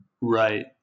Right